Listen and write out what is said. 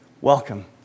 welcome